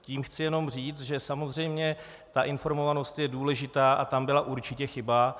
Tím chci jenom říct, že samozřejmě informovanost je důležitá a tam byla určitě chyba.